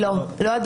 לא.